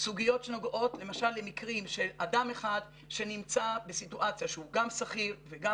סוגיות שנוגעות למשל למקרים של אדם אחד שנמצא בסיטואציה שהוא גם שכיר וגם